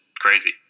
crazy